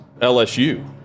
LSU